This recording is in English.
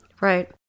right